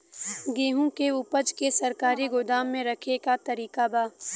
गेहूँ के ऊपज के सरकारी गोदाम मे रखे के का तरीका बा?